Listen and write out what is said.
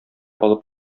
алып